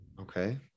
Okay